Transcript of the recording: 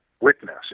witness